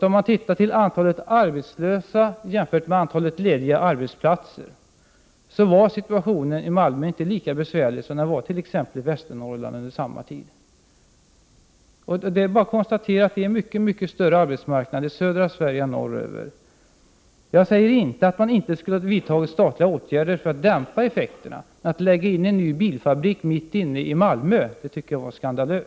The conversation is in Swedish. Om man jämför antalet arbetslösa med antalet lediga platser, var faktiskt situationen i Malmö inte lika besvärlig som situationen i t.ex. Västernorrland vid denna tidpunkt. Det är bara att konstatera att det finns mycket större möjligheter på arbetsmarknaden i södra Sverige än det finns norröver. Jag säger inte att staten inte skulle ha gått in för att mildra effekterna. Att placera en ny bilfabrik mitt i centrala Malmö tycker jag dock är en skandal.